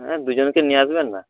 হ্যাঁ দুজনকে নিয়ে আসবেন না